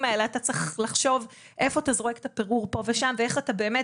האלה אתה צריך לחשוב איפה אתה זורק את הפירור פה או שם ואיך אתה באמת,